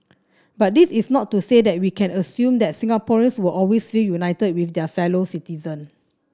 but this is not to say that we can assume that Singaporeans will always feel united with their fellow citizen